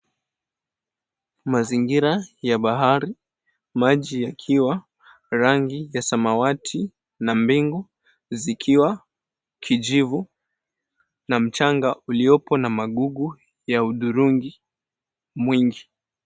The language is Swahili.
Mazingira ya bahari, maji yakiwa ya rangi ya samawati na mbingu zikiwa kijivu na na mchanga ilipo na magugu ya hudhurungi mwingi.